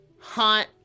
hot